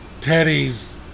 Teddy's